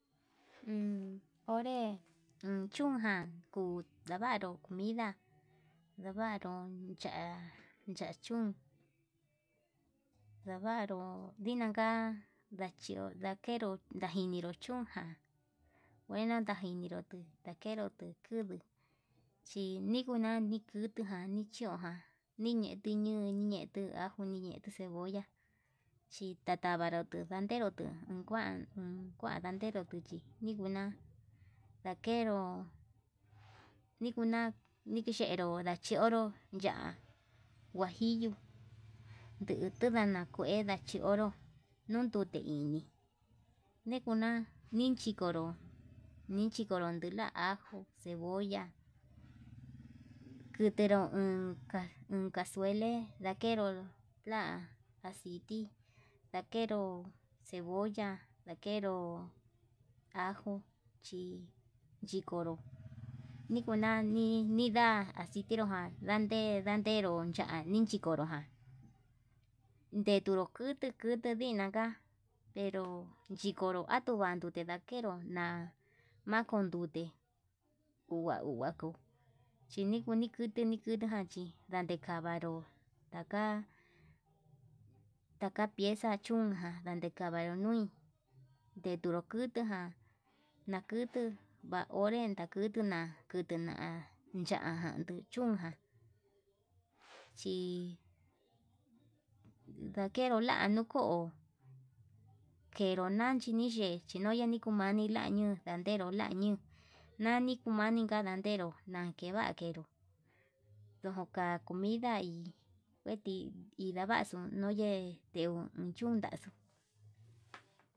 Uun onré chún jan ndavaru comida, ndavaru chá cháchun ndavaru ndinaka ndachenró ndajinero chún ján guenan tanjineró ndakenro tuu kivii, ti kunani kutuján ni chón niñeti ñun niñe'etu ajo niñete cebolla chitatarato ndaderó tuu unjuan unjuan ndandero tuu chí, nikuna ndakenró nikuna ndikechero ndachí yonró ya'á huajillo ndutu ndana kue nda'a chionro nun ndute ini nikuna nin chikonró, nichikunro ndula ajo cebolla utero unka unka xuenré lakenró la'a aciti ndakenro cebolla ndakenro ajo chi yikonró. niku nani ninda acitinró ján nde ndaderó ya'á nikonro ján ndekuru kutu kutu ndinan ka'a yenru chikonro jan ndute ndakero na nakondute uva'a uva'a koo chi kuu nikute nikute jan chí ndadenkavaró, taka pieza chúnjan ndande kavanru nui ndekuturu kutuu ján ndakutu na onrpe ndakutu na kuna chajan ndechunjan, chí ndakenró la'a nuko'o kneru nanchi niye chinoka nikuun nani la ñuu landeró la ñuu, nani kuu nani nalandero nankeva'a kenró ndojo ka comida hí kueti kendavaxu nuyee ndó ndo xu.